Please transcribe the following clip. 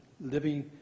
living